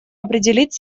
определить